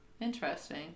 Interesting